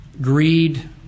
greed